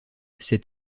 cet